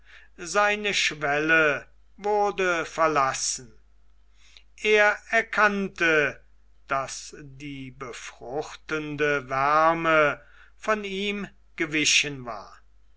seine schwelle wurde verlassen er erkannte daß die befruchtende wärme von ihm gewichen war